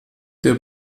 der